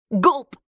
Gulp